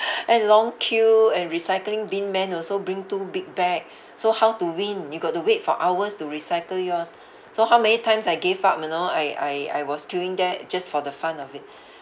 and long queue and recycling bin man also bring two big bag so how to win you got to wait for hours to recycle yours so how many times I gave up you know I I I was queuing there just for the fun of it